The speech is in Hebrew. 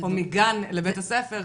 או מגן לבית הספר,